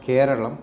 केरलः